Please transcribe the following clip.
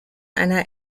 einer